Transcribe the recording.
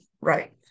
right